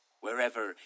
wherever